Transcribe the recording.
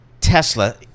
tesla